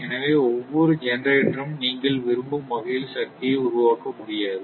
எனவே ஒவ்வொரு ஜெனரேட்டரும் நீங்கள் விரும்பும் வகையில் சக்தியை உருவாக்க முடியாது